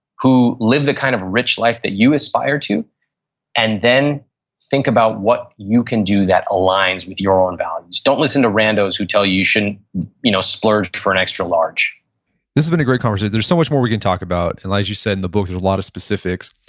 who live the kind of rich life that you aspire to and then think about what you can do that aligns with your own values. don't listen to randos who tell you, you shouldn't you know splurge for an extra-large this has been a great conversation. there's so much more we can talk about. and as you said in the book, there's and a lot of specifics.